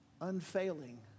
Unfailing